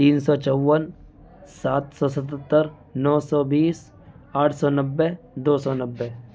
تین سو چون ساتھ سو ستتر نو سو بیس آٹھ سو نبے دو سو نبے